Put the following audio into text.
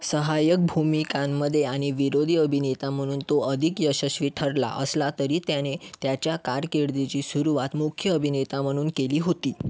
सहाय्यक भूमिकांमधे आणि विरोधी अभिनेता म्हणून तो अधिक यशस्वी ठरला असला तरी त्याने त्याच्या कारकिर्दीची सुरुवात मुख्य अभिनेता म्हणून केली होती